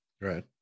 Right